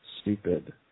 stupid